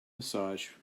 massage